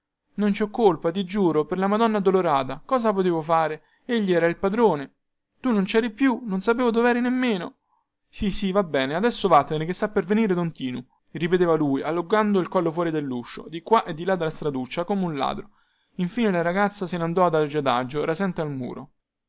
non ci ho colpa ti giuro per la madonna addolorata cosa potevo fare egli era il padrone tu non ceri più non sapevo doveri nemmeno sì sì va bene adesso vattene chè sta per venire don tinu ripeteva lui allungando il collo fuori delluscio di qua e di là della straduccia come un ladro infine la ragazza se ne andò adagio adagio rasente al muro